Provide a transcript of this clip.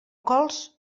cols